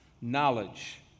knowledge